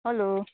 hello